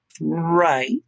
right